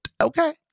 Okay